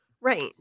Right